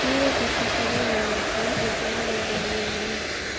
मेरो बत्ती सबैभन्दा कम उज्यालो बनाउनुहोस्